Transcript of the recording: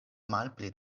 malpli